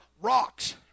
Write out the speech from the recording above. rocks